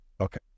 Okay